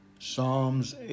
Psalms